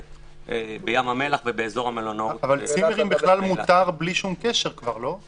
אבל צימרים מותר בלי שום קשר, נכון?